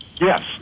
Yes